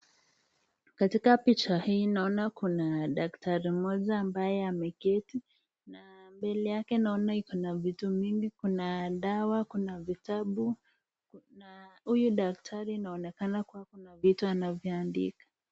Katika picha hii naona kuna daktari mmoja ambaye ameketi na mbele yake naona ikona vitu mingi, kuna dawa, kuna vitabu na huyu daktari inaonekana kuwa kuna vitu anavyoandika.